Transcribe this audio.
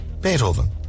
Beethoven